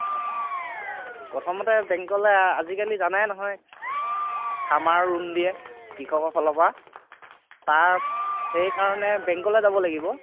অ' অ' প্ৰথমতে বেংকলৈ আজিকালি জানাই নহয় ফাৰ্মাৰ লোণ দিয়ে কৃষকৰ ফালৰপৰা তাৰ সেইকাৰণে বেংকলৈ যাব লাগিব